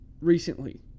recently